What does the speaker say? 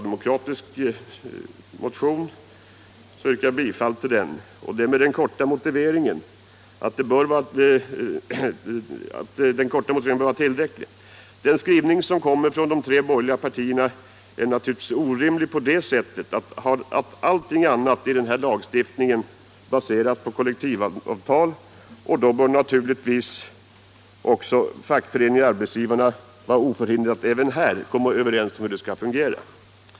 Den behöver inte närmare motiveras. Den skrivning som de tre borgerliga partierna står för är orimlig med hänsyn till att allting annat i denna lagstiftning baseras på kollektivavtal. Då bör naturligtvis också fackföreningarna och arbetsgivarna vara oförhindrade att även här komma överens om hur det skall fungera.